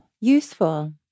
useful